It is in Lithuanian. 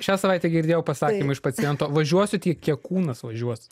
šią savaitę girdėjau pasakymą iš paciento važiuosiu tiek kiek kūnas važiuos